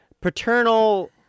paternal